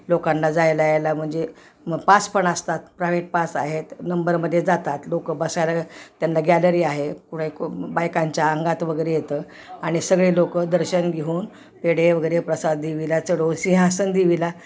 लोकांना जायला यायला म्हणजे म पास पण असतात प्रायवेट पास आहेत नंबरमध्ये जातात लोक बसायला त्यांना गॅलरी आहे कुणा बायकांच्या अंगात वगैरे येतं आणि सगळे लोक दर्शन घेऊन पेढे वगैरे प्रसाद देवीला चढो सिंहासन देवीला